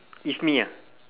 if me ah